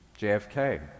JFK